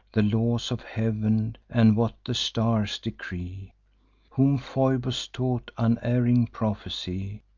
the laws of heav'n, and what the stars decree whom phoebus taught unerring prophecy,